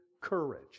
courage